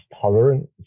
tolerant